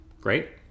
Great